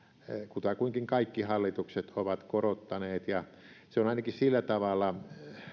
kutakuinkin kaikki hallitukset ovat korottaneet se on ainakin sillä tavalla